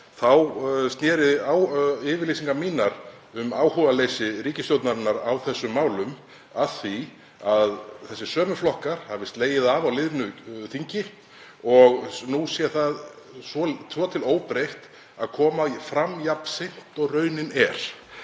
varðar. Yfirlýsingar mínar um áhugaleysi ríkisstjórnarinnar á þessum málum sneru að því að þessir sömu flokkar hafi slegið af á liðnu þingi og nú sé málið svo til óbreytt að koma fram jafn seint og raunin er,